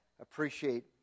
appreciate